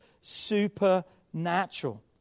supernatural